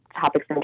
topics